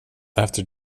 after